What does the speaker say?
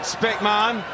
Speckman